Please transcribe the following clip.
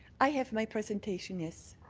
i have my presentation, yes.